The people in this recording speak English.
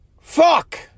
Fuck